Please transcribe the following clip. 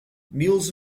mules